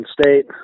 State